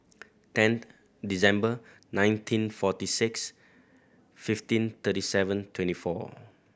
tenth December nineteen forty six fifteen thirty seven twenty four